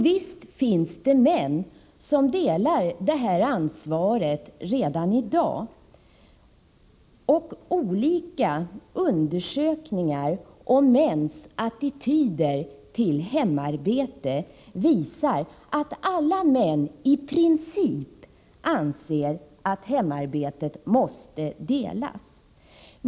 Visst finns det män som delar det här ansvaret redan i dag. Olika undersökningar om mäns attityder till hemarbete visar att alla män i princip anser att hemarbetet måste delas.